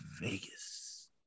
Vegas